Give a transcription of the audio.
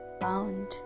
bound